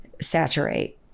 saturate